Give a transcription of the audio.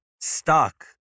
stuck